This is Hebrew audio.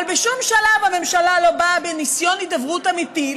אבל בשום שלב הממשלה לא באה בניסיון הידברות אמיתי,